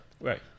Right